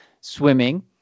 swimming